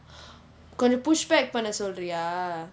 கொஞ்சம்:koncham push back சொல்ல போறியா:solla poriyaa